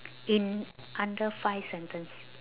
in under five sentence